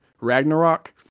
ragnarok